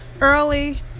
early